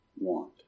want